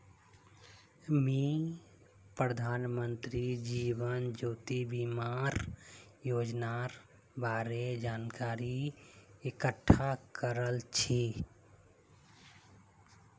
मी प्रधानमंत्री जीवन ज्योति बीमार योजनार बारे जानकारी इकट्ठा कर छी